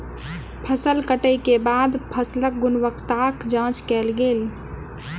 फसिल कटै के बाद फसिलक गुणवत्ताक जांच कयल गेल